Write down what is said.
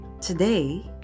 Today